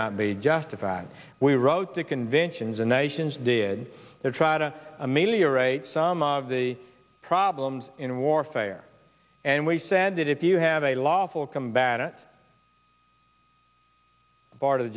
not be justified we wrote to conventions and nations did try to ameliorate some of the problems in warfare and we said that if you have a lawful combatants part of the